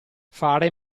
fare